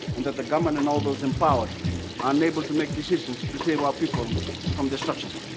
and the government and all those in power, are unable to make decisions to save our people from destruction.